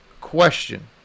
question